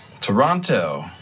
Toronto